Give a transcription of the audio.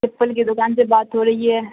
چپل کی دکان سے بات ہو رہی ہے